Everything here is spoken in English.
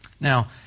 Now